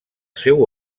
seu